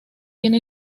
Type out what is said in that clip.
tiene